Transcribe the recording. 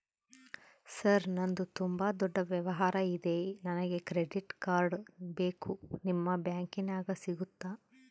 Sir ನಂದು ತುಂಬಾ ದೊಡ್ಡ ವ್ಯವಹಾರ ಇದೆ ನನಗೆ ಕ್ರೆಡಿಟ್ ಕಾರ್ಡ್ ಬೇಕು ನಿಮ್ಮ ಬ್ಯಾಂಕಿನ್ಯಾಗ ಸಿಗುತ್ತಾ?